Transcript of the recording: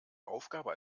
aufgabe